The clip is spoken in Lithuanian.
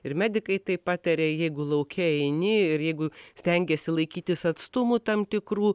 ir medikai taip pataria jeigu lauke eini ir jeigu stengiesi laikytis atstumų tam tikrų